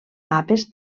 mapes